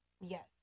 Yes